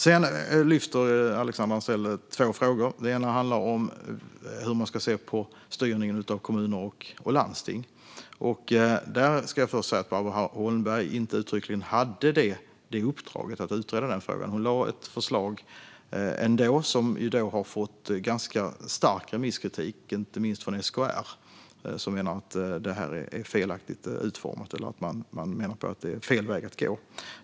Sedan tar Alexandra Anstrell upp två frågor. Den ena handlar om hur man ska se på styrningen av kommuner och regioner. Där ska jag först säga att Barbro Holmberg inte uttryckligen hade uppdraget att utreda den frågan. Hon lade ändå fram ett förslag, som har fått ganska skarp remisskritik - inte minst från SKR, som menar att det är felaktigt utformat eller menar att det är fel väg att gå.